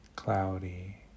Cloudy